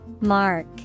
Mark